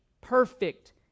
perfect